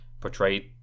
portrayed